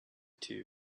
too